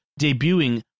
debuting